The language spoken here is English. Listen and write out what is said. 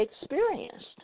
experienced